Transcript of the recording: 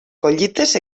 collites